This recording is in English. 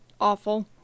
awful